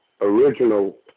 original